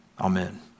Amen